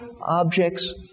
objects